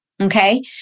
Okay